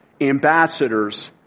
Ambassadors